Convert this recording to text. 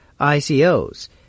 ICOs